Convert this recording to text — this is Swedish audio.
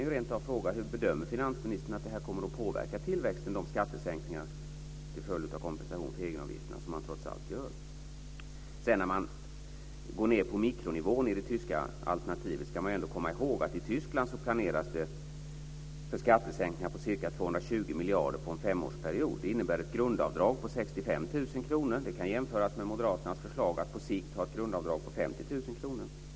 Hur bedömer finansministern att skattesänkningarna, som han trots allt gör, till följd av kompensationen för egenavgifterna kommer att påverkas? När man går ned på mikronivån i det tyska alternativet ska man ändå komma ihåg att det i Tyskland planeras för skattesänkningar på ca 220 miljarder på en femårsperiod. Det innebär ett grundavdrag på 65 000 kr. Det kan jämföras med Moderaternas förslag att på sikt ha ett grundavdrag på 50 000 kr.